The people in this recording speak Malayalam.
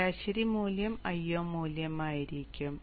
ശരാശരി മൂല്യം Io മൂല്യമായിരിക്കും